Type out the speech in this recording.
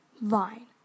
vine